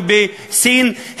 הן בסין,